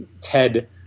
TED